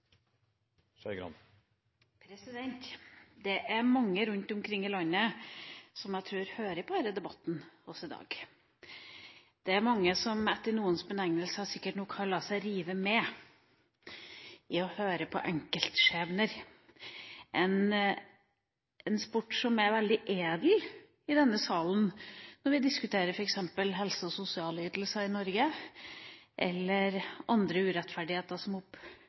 tror det er mange rundt omkring i landet som hører på denne debatten i dag. Det er mange som, etter noens benevnelser, sikkert nå kan la seg rive med av å høre på enkeltskjebner – en sport som er veldig edel i denne salen når vi diskuterer f.eks. helse- og sosialytelser i Norge eller andre urettferdigheter som